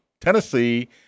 Tennessee